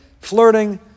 flirting